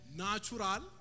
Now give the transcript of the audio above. natural